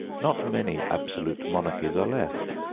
not many absolute monarchies are left,